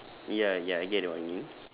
ya ya I get what you mean